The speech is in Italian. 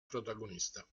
protagonista